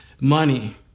money